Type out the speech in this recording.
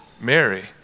Mary